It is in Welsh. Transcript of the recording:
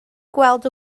gweld